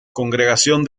congregación